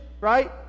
right